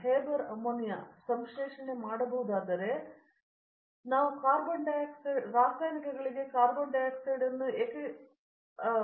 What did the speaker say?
Haber ammonia ಸಂಶ್ಲೇಷಣೆ ಮಾಡಬಹುದಾದರೆ ರಾಸಾಯನಿಕಗಳಿಗೆ ನಾವು ಕಾರ್ಬನ್ ಡೈಆಕ್ಸೈಡ್ ಅನ್ನು ಏಕೆ ಮಾಡಬಾರದು